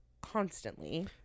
constantly